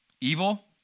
evil